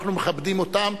אנחנו מכבדים אותם.